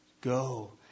go